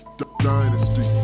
dynasty